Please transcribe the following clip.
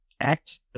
act